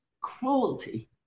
cruelty